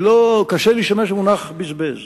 קשה להשתמש במונח "בזבז".